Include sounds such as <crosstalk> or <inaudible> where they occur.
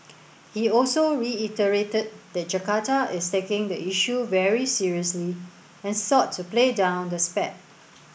<noise> he also reiterated that Jakarta is taking the issue very seriously and sought to play down the spat